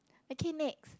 okay next